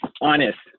honest